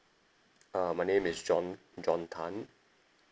uh my name is john john tan